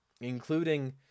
including